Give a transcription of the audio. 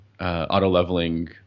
auto-leveling